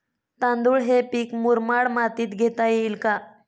तांदूळ हे पीक मुरमाड मातीत घेता येईल का?